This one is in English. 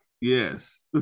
Yes